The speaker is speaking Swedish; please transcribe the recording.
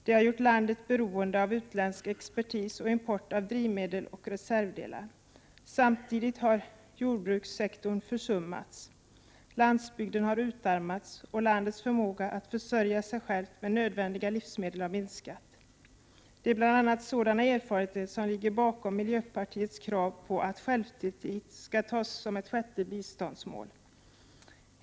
De har gjort landet beroende av utländsk expertis och import av drivmedel och reservdelar. Samtidigt har jordbrukssektorn försummats. Landsbygden har utarmats, och landets förmåga att försörja sig självt med nödvändiga livsmedel har minskat. Det är bl.a. sådana erfarenheter som ligger bakom miljöpartiets krav på att självtillit skall tas upp som ett sjätte Prot. 1988/89:99 biståndsmål.